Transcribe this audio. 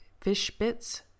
Fishbits